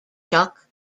chuck